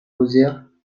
rosières